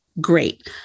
great